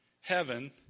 heaven